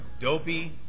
dopey